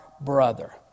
brother